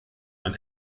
man